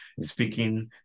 Speaking